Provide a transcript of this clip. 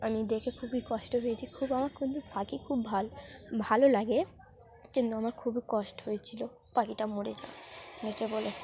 আমি দেখে খুবই কষ্ট পেয়েছি খুব আমার কিন্তু পাখি খুব ভালো ভালো লাগে কিন্তু আমার খুবই কষ্ট হয়েছিল পাখিটা মরে যাওয়া মরেছে বলে